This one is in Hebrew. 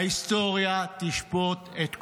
ההיסטוריה תשפוט את כולנו,